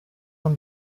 und